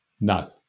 no